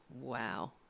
Wow